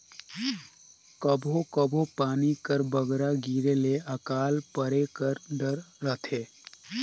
कभों कभों पानी कर बगरा गिरे ले अकाल परे कर डर रहथे